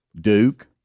Duke